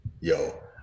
yo